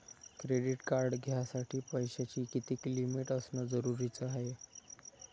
Credit card घ्यासाठी पैशाची कितीक लिमिट असनं जरुरीच हाय?